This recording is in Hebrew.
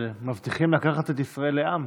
מבטיחים לקחת את ישראל לעם.